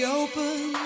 open